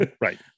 Right